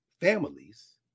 families